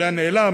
לאן נעלם?